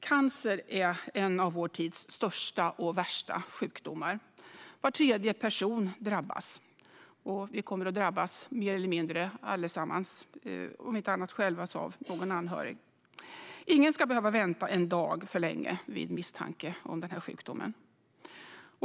Cancer är en av vår tids största och värsta sjukdomar. Var tredje person drabbas. Vi kommer att drabbas mer eller mindre allesammans, om inte vi själva så någon anhörig. Ingen ska behöva vänta en dag för länge vid misstanke om den här sjukdomen.